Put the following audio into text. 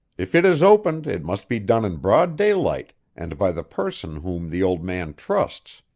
if it is opened it must be done in broad daylight and by the person whom the old man trusts.